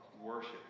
worship